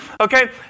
okay